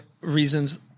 reasons